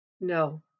no